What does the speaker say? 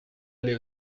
aller